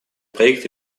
проект